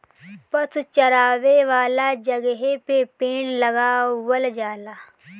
पशु चरावे वाला जगहे पे पेड़ लगावल जाला